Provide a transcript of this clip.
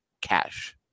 cash